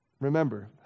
Remember